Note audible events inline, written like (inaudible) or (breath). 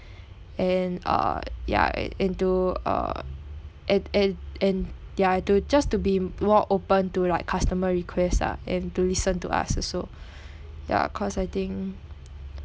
and uh ya it into uh at and and they're to just to be more open to like customer requests ah and to listen to us also (breath) ya cause I think